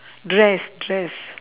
dress dress